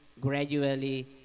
gradually